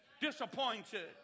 disappointed